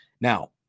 Now